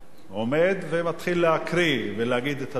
עומד ומתחיל להקריא ולהגיד את הדברים.